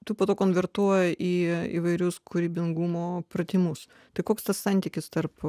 tu po to konvertuoja į įvairius kūrybingumo pratimus tai koks tas santykis tarp